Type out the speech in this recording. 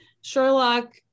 sherlock